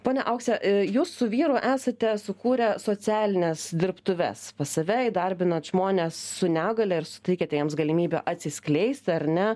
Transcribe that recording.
ponia aukse jūs su vyru esate sukūrę socialines dirbtuves pas save įdarbinat žmones su negalia ir suteikiate jiems galimybę atsiskleisti ar ne